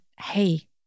Hey